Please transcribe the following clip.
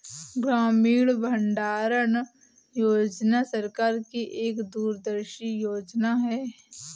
ग्रामीण भंडारण योजना सरकार की एक दूरदर्शी योजना है